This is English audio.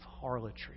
harlotry